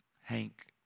Hank